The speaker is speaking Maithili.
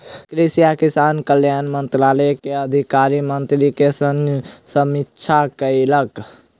कृषि आ किसान कल्याण मंत्रालय के अधिकारी मंत्री के संग समीक्षा कयलक